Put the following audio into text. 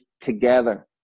together